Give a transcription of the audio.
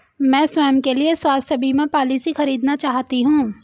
मैं स्वयं के लिए स्वास्थ्य बीमा पॉलिसी खरीदना चाहती हूं